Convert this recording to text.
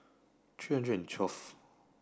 three hundred and twelve